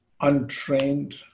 untrained